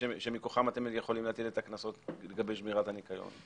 שמכוחן אתם יכולים להטיל את הקנסות לגבי שמירת הניקיון,